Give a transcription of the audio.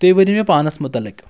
تُہۍ ؤنِو مےٚ پانَس مُتعلِق